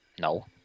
No